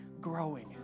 growing